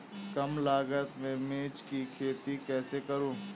कम लागत में मिर्च की खेती कैसे करूँ?